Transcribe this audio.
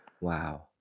wow